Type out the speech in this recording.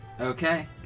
Okay